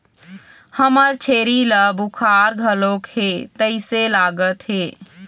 हमर छेरी ल बुखार घलोक हे तइसे लागत हे